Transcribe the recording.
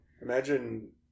Imagine